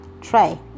try